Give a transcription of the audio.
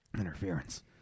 Interference